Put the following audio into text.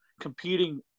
competing